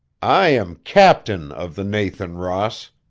i am captain of the nathan ross,